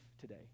today